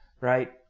right